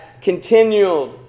continued